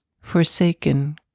forsaken